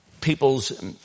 people's